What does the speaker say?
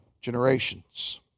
generations